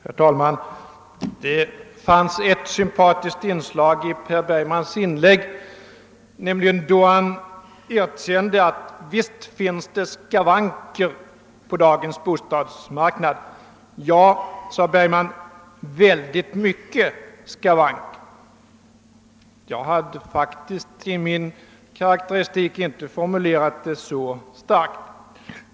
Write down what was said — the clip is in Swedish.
Herr talman! Det fanns ett sympatiskt inslag i herr Bergmans inlägg, nämligen då han erkände att visst finns det skavanker på dagens bostadsmarknad — ja, sade herr Bergman, väldigt mycket skavanker. Jag hade faktiskt i min karakteristik inte formulerat omdömet så starkt.